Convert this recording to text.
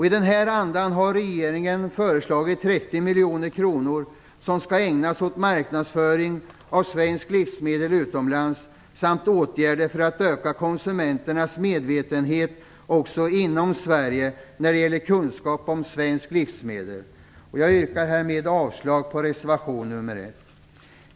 I denna anda har regeringen föreslagit 30 miljoner kronor som skall ägnas åt marknadsföring av svenska livsmedel utomlands samt åtgärder för att öka konsumenternas medvetenhet också inom Sverige när det gäller kunskap om svenska livsmedel. Jag yrkar härmed avslag på reservation 1.